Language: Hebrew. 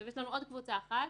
יש לנו עוד קבוצה אחת,